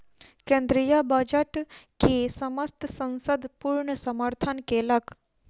केंद्रीय बजट के समस्त संसद पूर्ण समर्थन केलक